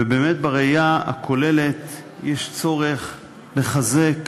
ובאמת, בראייה הכוללת יש צורך לחזק